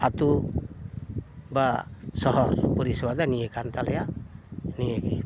ᱟᱛᱳ ᱵᱟ ᱥᱚᱦᱚᱨ ᱯᱚᱨᱤᱥᱮᱵᱟ ᱫᱚ ᱱᱤᱭᱟᱹ ᱠᱟᱱ ᱛᱟᱞᱮᱭᱟ ᱱᱤᱭᱟᱹᱜᱮ